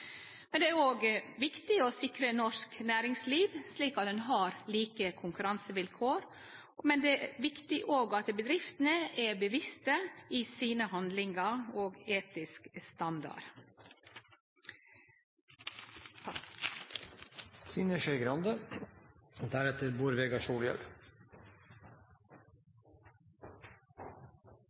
Men det er viktig å sikre norsk næringsliv, slik at ein har like konkurransevilkår, og det er òg viktig at bedriftene er bevisste i sine handlingar og i etisk standard.